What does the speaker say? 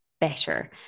better